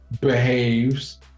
behaves